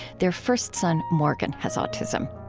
their first son, morgan, has autism